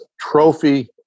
trophy